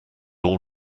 all